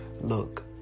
Look